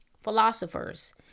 philosophers